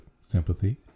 sympathy